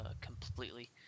completely